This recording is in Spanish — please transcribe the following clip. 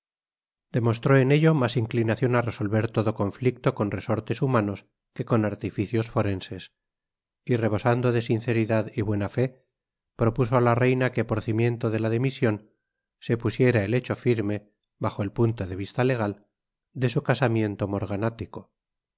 demostró en ello más inclinación a resolver todo conflicto con resortes humanos que con artificios forenses y rebosando de sinceridad y buena fe propuso a la reina que por cimiento de la dimisión se pusiera el hecho firme bajo el punto de vista legal de su casamiento